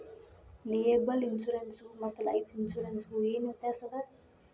Liable insurance ಗು ಮತ್ತ life insurance ಗು ಏನ್ ವ್ಯಾತ್ಯಾಸದ?